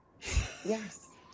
Yes